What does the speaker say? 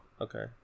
Okay